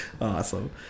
Awesome